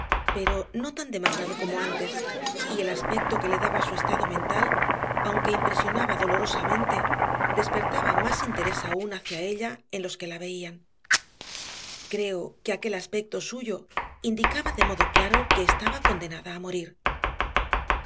pero no tan demacrado como antes y el aspecto que le daba su estado mental aunque impresionaba dolorosamente despertaba más interés aún hacia ella en los que la veían creo que aquel aspecto suyo indicaba de modo claro que estaba condenada a morir